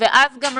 ואז לא